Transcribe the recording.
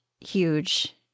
huge